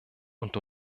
und